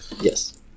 Yes